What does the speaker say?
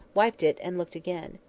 wiped it, and looked again.